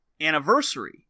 Anniversary